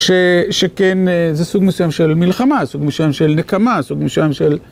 שכן זה סוג מסוים של מלחמה, סוג מסוים של נקמה, סוג מסוים של...